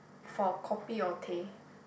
for kopi or teh